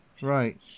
Right